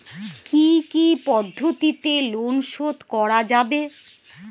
কি কি পদ্ধতিতে লোন শোধ করা যাবে?